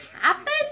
happen